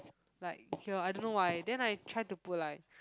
like here I don't know why then I try to put like